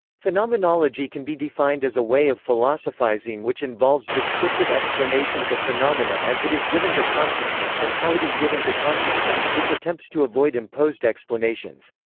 phenomenology can be defined as a way of philosophizing which involves descriptive explanations of phenomena as it is given to consciousness and how it is given to consciousness, which attempts to avoid imposed explanations.